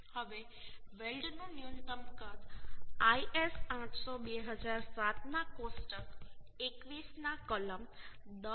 હવે વેલ્ડનું ન્યૂનતમ કદ IS 800 2007 ના કોષ્ટક 21 ના કલમ 10